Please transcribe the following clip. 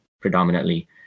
predominantly